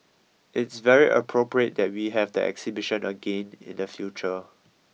it's very appropriate that we have the exhibition again in the future